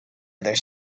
other